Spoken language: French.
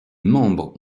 membres